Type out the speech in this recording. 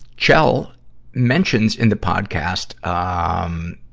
kjell mentions in the podcast, um,